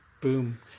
Boom